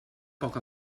poc